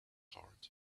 heart